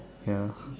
ya